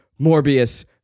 Morbius